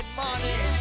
money